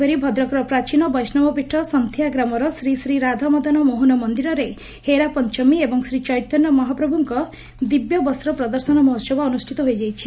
ସେହିପରି ଭଦ୍ରକର ପ୍ରାଚୀନ ବିଷ୍ଡବପୀଠ ସନ୍ତିଆ ଗ୍ରାମର ଶ୍ରୀ ଶ୍ରୀ ରାଧାମଦନ ମୋହନ ମନିରରେ ହେରାପଞ୍ଚମୀ ଏବଂ ଶ୍ରୀଚେତନ୍ୟ ମହାପ୍ରଭୁଙ୍କ ଦିବ୍ୟବସ୍ତ ପ୍ରଦର୍ଶନ ମହୋସବ ଅନୁଷ୍ଠିତ ହୋଇଛି